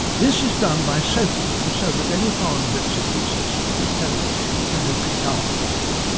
this is done by soaking them so that any foreign bits and pieces such as feathers can be picked out from them.